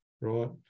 right